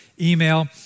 email